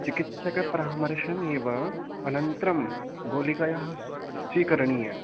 तो चिकित्सकपरामर्शमेव अनन्तरम् गोलीकायाः स्वीकरणीया